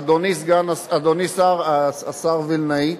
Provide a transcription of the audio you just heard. אדוני השר וילנאי,